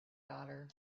daughter